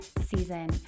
season